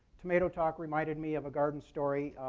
tomato talk reminded me of a garden story.